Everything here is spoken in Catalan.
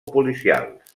policials